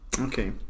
Okay